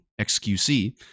XQC